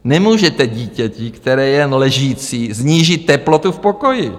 Nemůžete dítěti, které je jen ležící, snížit teplotu v pokoji.